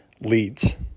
leads